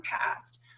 past